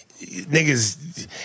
niggas